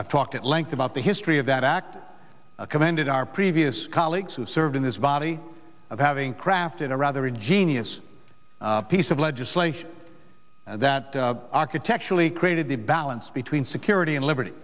i've talked at length about the history of that act commended our previous colleagues who served in this body of having crafted a rather ingenious piece of legislation that architecturally created the balance between security and liberty